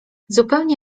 zupełnie